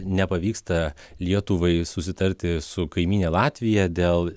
nepavyksta lietuvai susitarti su kaimyne latvija dėl